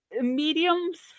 mediums